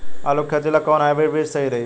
आलू के खेती ला कोवन हाइब्रिड बीज सही रही?